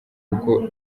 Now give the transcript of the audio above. kuko